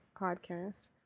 podcast